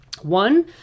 One